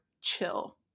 chill